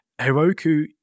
Heroku